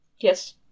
Yes